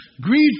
greed